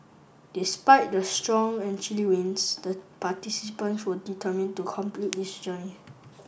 despite the strong and chilly winds the participants were determined to complete this journey